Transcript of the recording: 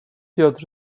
piotr